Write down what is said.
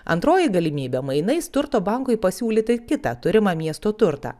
antroji galimybė mainais turto bankui pasiūlyti kitą turimą miesto turtą